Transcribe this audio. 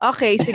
Okay